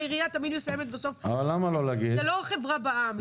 העירייה תמיד מסיימת בסוף - זה לא חברה בע"מ.